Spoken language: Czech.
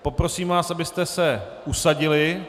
Poprosím vás, abyste se usadili.